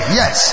yes